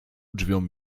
drzwiom